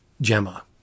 Gemma